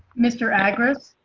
mr agra's